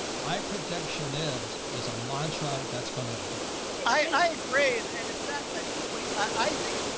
my protection is, is a mantra that's gonna grow. i agree. and and in fact, i think we, i think,